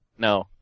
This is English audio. No